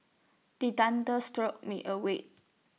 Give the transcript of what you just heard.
the thunders jolt me awake